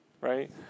right